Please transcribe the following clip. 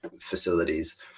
facilities